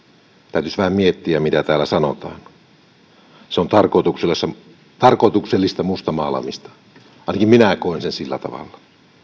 täytyisi vähän miettiä mitä täällä sanotaan se on tarkoituksellista mustamaalaamista ainakin minä koen sen sillä tavalla